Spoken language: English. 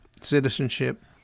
citizenship